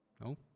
No